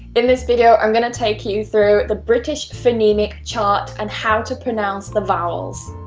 in this video i'm gonna take you through the british phonemic chart and how to pronounce the vowels.